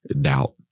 doubt